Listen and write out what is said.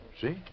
See